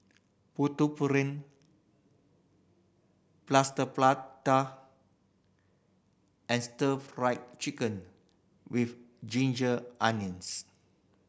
putu Plaster Prata and Stir Fried Chicken With Ginger Onions